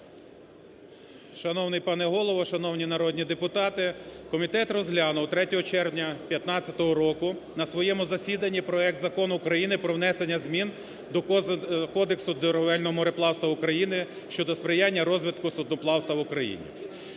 Шановний пане голово, шановні народні депутати! Комітет розглянув 3 червня 15 року на своєму засіданні проект закону України про внесення змін до Кодексу торговельного мореплавства України (щодо сприяння розвитку судноплавства в Україні).